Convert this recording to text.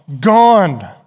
gone